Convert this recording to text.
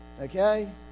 Okay